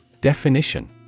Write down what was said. Definition